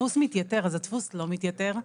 שהדפוס מתייתר, אז הדפוס לא מתייתר.